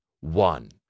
One